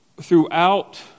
throughout